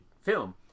film